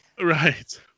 Right